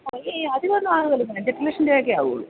ഏയ് അധികം ഒന്നും ആവുകയില്ല അഞ്ച് എട്ട് ലക്ഷം രൂപയൊക്കെയേ ആവുകയുള്ളൂ